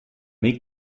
make